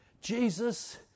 Jesus